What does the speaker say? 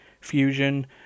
Fusion